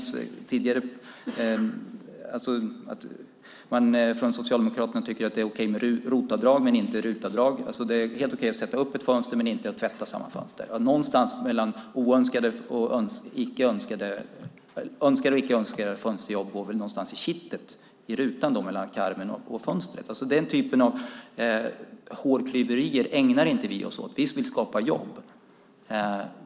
Socialdemokraterna tycker att det är okej med ROT-avdrag men inte med RUT-avdrag. Det är helt okej att sätta upp ett fönster men inte att tvätta samma fönster. Gränsen mellan önskade och icke-önskade fönsterjobb går väl någonstans mellan kittet i rutan och karmen i fönstret. Sådana hårklyverier ägnar inte vi oss åt. Vi vill skapa jobb.